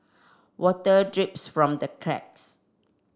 water drips from the cracks